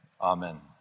amen